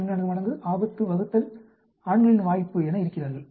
44 மடங்கு ஆபத்து வகுத்தல் ஆண்களின் வாய்ப்பு என இருக்கிறார்கள்